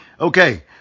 Okay